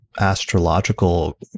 astrological